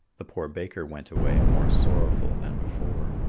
the poor baker went away more sorrowful than before.